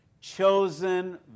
chosen